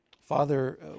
father